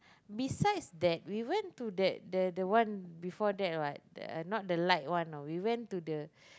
besides that we went to that the the one before that what the not the light one you know we went to the